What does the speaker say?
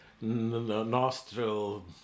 Nostril